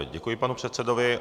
Děkuji panu předsedovi.